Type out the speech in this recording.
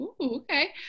okay